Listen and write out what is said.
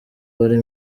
wari